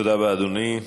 תודה רבה, אדוני.